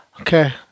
Okay